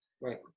Right